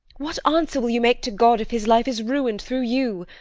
what answer will you make to god if his life is ruined through you?